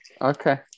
okay